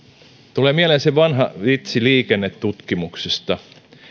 tulee mieleen se vanha vitsi liikennetutkimuksesta